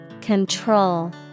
Control